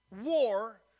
war